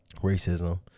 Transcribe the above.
racism